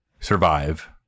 survive